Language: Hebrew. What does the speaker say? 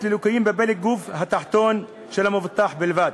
לליקויים בפלג הגוף התחתון של המבוטח בלבד.